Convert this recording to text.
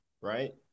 right